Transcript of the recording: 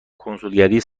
کنسولگری